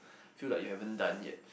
feel like you haven't done yet